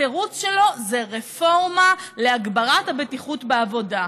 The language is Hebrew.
התירוץ שלו זה רפורמה להגברת הבטיחות בעבודה,